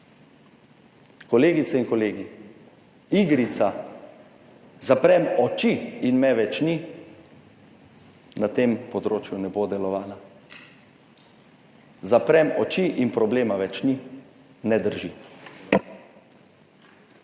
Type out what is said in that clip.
Kolegice in kolegi, igrica »zaprem oči in me več ni« na tem področju ne bo delovala. Zaprem oči in problema več ni, ne drži.